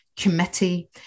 Committee